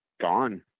gone